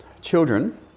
children